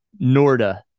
Norda